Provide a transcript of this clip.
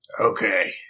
Okay